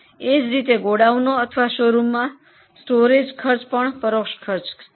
એ જ રીતે ગોડાઉન અથવા શોરૂમમાં સંગ્રહ ખર્ચ પણ પરોક્ષ ખર્ચ છે